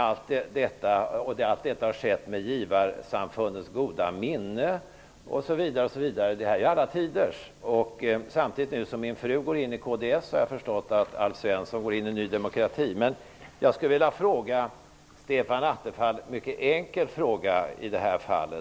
Allt detta har skett med givarsamfundets goda minne, osv. Det här är alla tiders. Samtidigt som min fru nu går med i kds, har jag förstått att Alf Svensson går med i Ny demokrati. Jag skulle vilja ställa en mycket enkel fråga till Stefan Attefall,